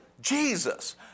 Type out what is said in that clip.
Jesus